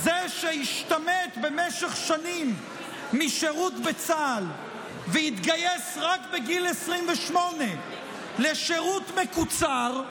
זה שהשתמט במשך שנים משירות בצה"ל והתגייס רק בגיל 28 לשירות מקוצר,